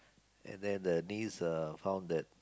and then the niece uh found that